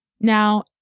Now